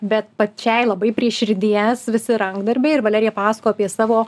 bet pačiai labai prie širdies visi rankdarbiai ir valerija pasakojo apie savo